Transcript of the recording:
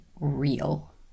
real